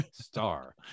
Star